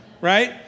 right